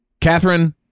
Catherine